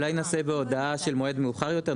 אולי נעשה בהודעה של מועד מאוחר יותר,